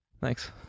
Thanks